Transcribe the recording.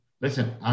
listen